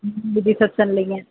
ம் ரிஸப்ஷன்லிங்க